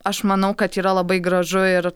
aš manau kad yra labai gražu ir